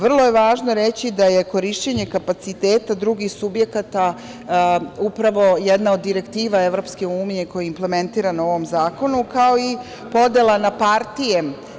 Vrlo je važno reći da je korišćenje kapaciteta drugih subjekata upravo jedna od direktiva EU koja je implementirana u ovom zakonu, kao i podela na partije.